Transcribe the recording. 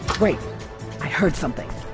wait i heard something